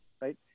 right